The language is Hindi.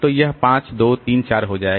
तो यह 5 2 3 4 हो जाएगा